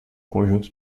conjunto